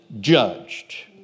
judged